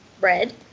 Red